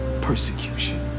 Persecution